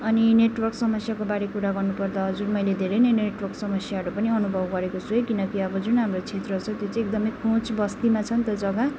अनि नेटवर्क समस्याको बारे कुरा गर्नुपर्दा हजुर मैले धेरै नै नेटवर्क समस्याहरू पनि अनुभव गरेको छु है किनकि अब जुन हाम्रो क्षेत्र छ त्यो चाहिँ एकदमै खोँच बस्तीमा छ नि त जग्गा